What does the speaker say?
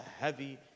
heavy